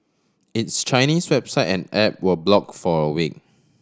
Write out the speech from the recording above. its Chinese website and app were block for a week